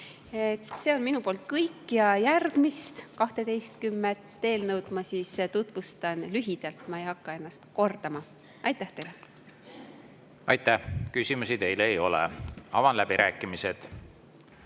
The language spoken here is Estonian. See on minu poolt kõik. Järgmist 12 eelnõu ma tutvustan lühidalt, ma ei hakka ennast kordama. Aitäh teile! Aitäh! Küsimusi teile ei ole. Avan läbirääkimised.